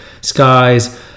skies